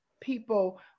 people